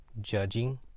judging